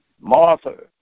Martha